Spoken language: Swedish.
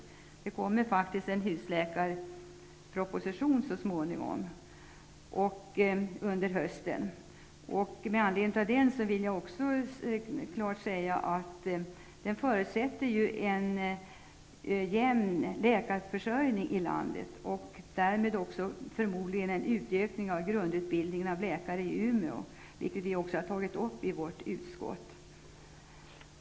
Men det kommer faktiskt en proposition någon gång under hösten om husläkarsystemet. Med anledning därav vill jag klart säga att en jämn läkarförsörjning i landet är en förutsättning. Förmodligen krävs det därmed också en utökning av grundutbildningen av läkare i Umeå. Den frågan har vi också tagit upp i utskottet.